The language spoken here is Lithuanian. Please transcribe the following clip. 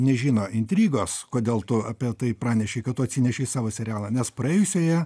nežino intrigos kodėl tu apie tai pranešei kad tu atsinešei savo serialą nes praėjusioje